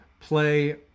play